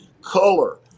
Color